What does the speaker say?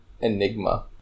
enigma